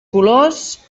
colors